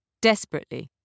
desperately